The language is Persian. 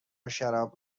شراب